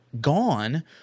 gone